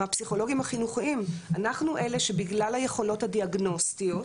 מהפסיכולוגים החינוכיים - אנחנו אלה שבגלל היכולות הדיאגנוסטיות,